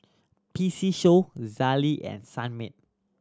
P C Show Zalia and Sunmaid